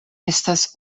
estas